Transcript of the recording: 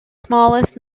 smallest